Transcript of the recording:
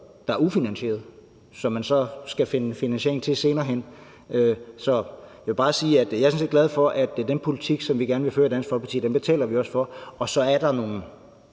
som er ufinansieret, og som man så skal finde finansiering til senere hen. Så jeg vil bare sige, at jeg sådan set er glad for, at den politik, som vi gerne vil føre i Dansk Folkeparti, betaler vi også for, og så er der nogle